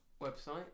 website